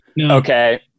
Okay